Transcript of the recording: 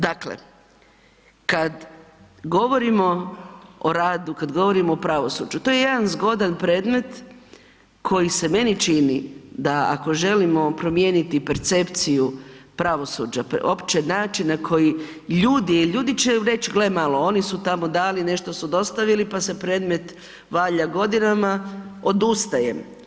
Dakle, kad govorimo o radu, kad govorimo o pravosuđu, to je jedan zgodan predmet koji se meni čini da ako želimo promijeniti percepciju pravosuđa, opće način na koji ljudi, jel ljudi će reć gle malo oni su tamo dali, nešto su dostavili, pa se predmet valja godinama, odustajem.